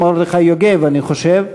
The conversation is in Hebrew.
מרדכי יוגב, אני חושב.